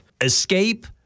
Escape